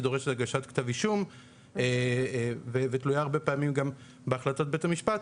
שדורשת הגשת כתב אישום ותלויה הרבה פעמים גם בהחלטת בית המשפט,